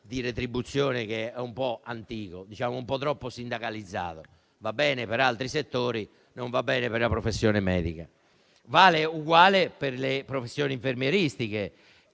di retribuzione un po' antico, un po' troppo sindacalizzato, che va bene per altri settori, ma non per la professione medica. Lo stesso vale per le professioni infermieristiche.